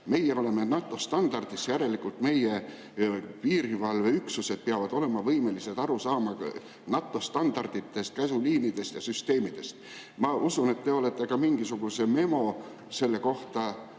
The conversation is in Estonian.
Meie oleme NATO standardis, järelikult meie piirivalveüksused peavad olema võimelised aru saama NATO standarditest, käsuliinidest ja süsteemidest. Ma usun, et te olete ka mingisuguse memo selle kohta teinud.